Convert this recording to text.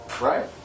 Right